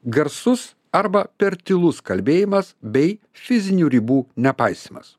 garsus arba per tylus kalbėjimas bei fizinių ribų nepaisymas